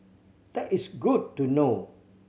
that is good to know